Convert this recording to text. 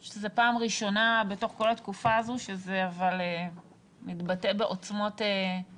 אני חושבת שזו הפעם הראשונה בתקופה הזאת שזה מתבטא בעוצמות חריגות